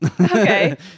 Okay